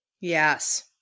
Yes